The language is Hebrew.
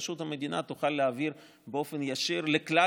פשוט המדינה תוכל להעביר באופן ישיר לכלל